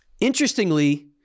Interestingly